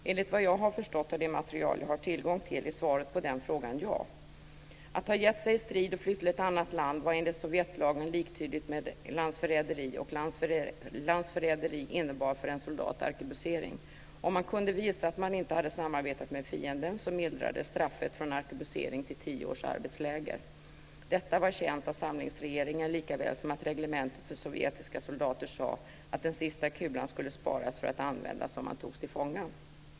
Såvitt jag förstår av det material som jag har tillgång till är svaret på den frågan ja. Att ha gett sig i strid och flytt till ett annat land var enligt Sovjetlagen liktydigt med landsförräderi, och landsförräderi innebar för en soldat arkebusering. Om man kunde visa att man inte hade samarbetat med fiende mildrades straffet från arkebusering till tio års arbetsläger. Detta var känt av samlingsregeringen lika väl som att reglementet för sovjetiska soldater sade att den sista kulan skulle sparas för att användas om man togs till fånga.